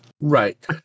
Right